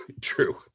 True